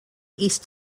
east